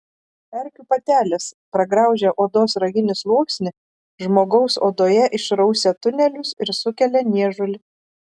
erkių patelės pragraužę odos raginį sluoksnį žmogaus odoje išrausia tunelius ir sukelia niežulį